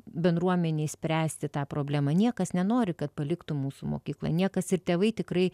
bendruomenėj spręsti tą problema niekas nenori kad paliktų mūsų mokyklą niekas ir tėvai tikrai